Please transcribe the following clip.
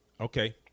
okay